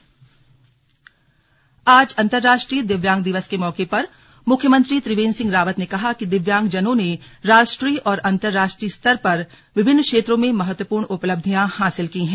slug विश्व दिव्यांग दिवस आज अंतरराष्ट्रीय दिव्यांग दिवस के मौके पर मुख्यमंत्री त्रिवेंद्र सिंह रावत ने कहा कि दिव्यांगजनों ने राष्ट्रीय और अंतर्राष्ट्रीय स्तर पर विभिन्न क्षेत्रों में महत्वपूर्ण उपलब्धियां हासिल की है